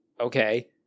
Okay